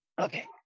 okay